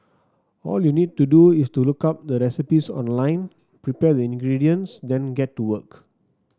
all you need to do is to look up the recipes online prepare the ingredients then get to work